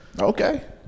Okay